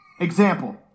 Example